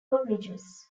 ridges